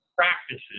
Practices